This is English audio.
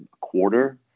quarter